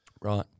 Right